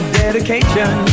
dedication